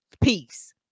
peace